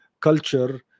culture